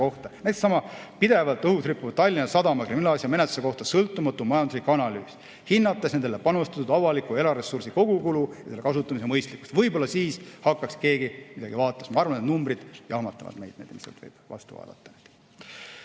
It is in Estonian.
kohta, näiteks sellesama pidevalt õhus rippuva Tallinna Sadama kriminaalasja menetluse kohta, sõltumatu majanduslik analüüs, hinnates nendele panustatud avaliku ja eraressursi kogukulu ja selle kasutamise mõistlikkust. Võib-olla siis hakkaks keegi midagi vaatama, sest ma arvan, et need numbrid jahmatavad meid, mis sealt võivad vastu vaadata.